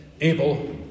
able